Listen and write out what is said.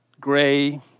gray